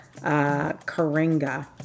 Karinga